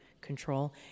Control